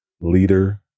leader